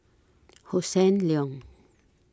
Hossan Leong